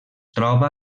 troba